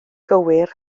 gywir